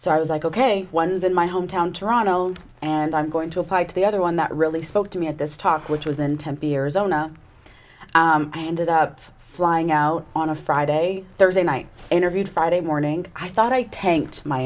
so i was like ok one's in my hometown toronto and i'm going to apply to the other one that really spoke to me at this talk which was in tempe arizona i ended up flying out on a friday thursday night interviewed friday morning i thought i tanked my